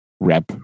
rep